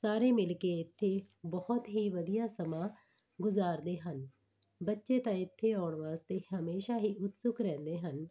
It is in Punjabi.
ਸਾਰੇ ਮਿਲ ਕੇ ਇੱਥੇ ਬਹੁਤ ਹੀ ਵਧੀਆ ਸਮਾਂ ਗੁਜ਼ਾਰਦੇ ਹਨ ਬੱਚੇ ਤਾਂ ਇੱਥੇ ਆਉਣ ਵਾਸਤੇ ਹਮੇਸ਼ਾ ਹੀ ਉਤਸੁਕ ਰਹਿੰਦੇ ਹਨ